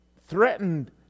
threatened